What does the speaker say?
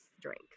drink